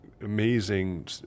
amazing